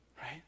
right